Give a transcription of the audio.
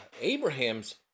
Abraham's